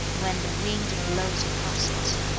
when the wind blows across it